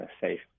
safe